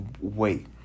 wait